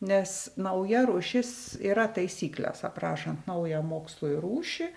nes nauja rūšis yra taisyklės aprašant naują mokslui rūšį